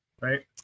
right